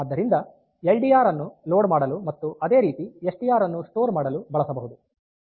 ಆದ್ದರಿಂದ L D R ಅನ್ನು load ಮಾಡಲು ಮತ್ತು ಅದೇ ರೀತಿ ಎಸ್ ಟಿ ಆರ್ ಅನ್ನು ಸ್ಟೋರ್ ಮಾಡಲು ಬಳಸಬಹುದು